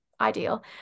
ideal